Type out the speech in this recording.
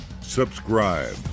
subscribe